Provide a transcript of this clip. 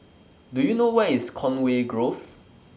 Do YOU know Where IS Conway Grove